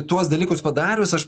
tuos dalykus padarius aš